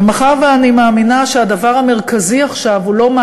ומאחר שאני מאמינה שהדבר המרכזי עכשיו הוא לא מה